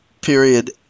Period